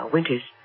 Winters